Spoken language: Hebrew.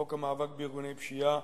חוק המאבק בארגוני פשיעה